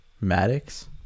Maddox